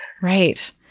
Right